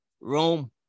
Rome